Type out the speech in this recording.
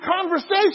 conversation